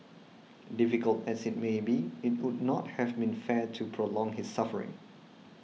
difficult as it may be it would not have been fair to prolong his suffering